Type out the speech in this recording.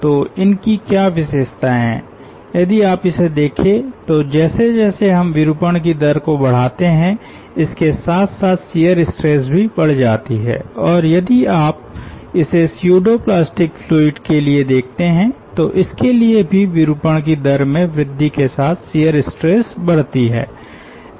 तो इनकी क्या विशेषताएँ हैं यदि आप इसे देखे तो जैसे जैसे हम विरूपण की दर को बढ़ाते हैं इसके साथ साथ शियर स्ट्रेस भी बढ़ जाती है और यदि आप इसे स्यूडो प्लास्टिक फ्लूइड के लिए देखते हैं तो इसके लिए भी विरूपण की दर में वृद्धि के साथ शियर स्ट्रेस Shear Stress बढ़ती है